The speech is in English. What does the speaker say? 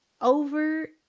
over